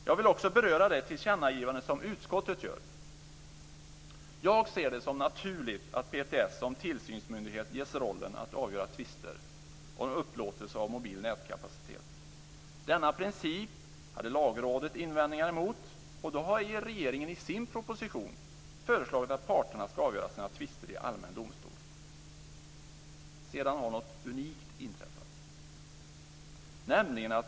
Jag vill också beröra det tillkännagivande som utskottet gör. Jag ser det som naturligt att PTS, som tillsynsmyndighet, ges rollen att avgöra tvister om upplåtelse av mobil nätkapacitet. Denna princip hade Lagrådet invändningar mot. Då har regeringen i sin proposition föreslagit att parterna ska avgöra sina tvister i allmän domstol. Sedan har något unikt inträffat.